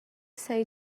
say